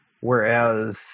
Whereas